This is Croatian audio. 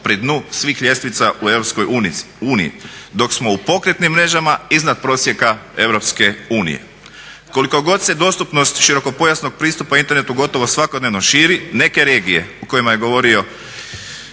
pri dnu svih ljestvica u EU dok smo u pokretnim mrežama iznad prosjeka EU. Koliko god se dostupnost širokopojasnog pristupa internetu gotovo svakodnevno širi neke regije, o kojima je govorio